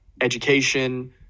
education